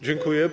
Dziękuję.